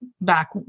back